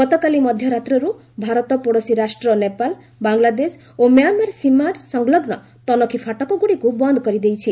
ଗତକାଲି ମଧ୍ୟରାତ୍ରିରୁ ଭାରତ ପଡୋଶୀ ରାଷ୍ଟ୍ର ନେପାଳ ବାଂଲାଦେଶ ଓ ମ୍ୟାଁମାର ସୀମା ସଂଲଗ୍ନ ତନଖି ଫାଟକଗୁଡ଼ିକୁ ବନ୍ଦ କରିଦେଇଛି